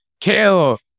kill